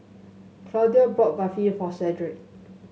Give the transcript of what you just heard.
Claudio bought Barfi for Shedrick